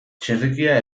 txerrikia